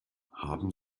haben